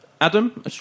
Adam